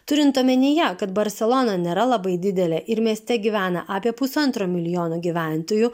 turint omenyje kad barselona nėra labai didelė ir mieste gyvena apie pusantro milijono gyventojų